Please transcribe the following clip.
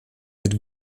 mit